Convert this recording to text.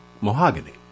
Mahogany